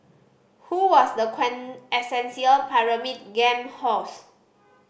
who was the quintessential Pyramid Game host